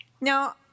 Now